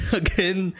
again